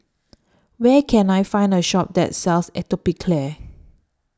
Where Can I Find A Shop that sells Atopiclair